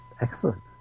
Excellent